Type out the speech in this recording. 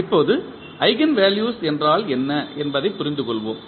இப்போது ஈஜென்வெல்யூஸ் என்றால் என்ன என்பதைப் புரிந்துகொள்வோம்